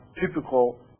typical